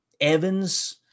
Evans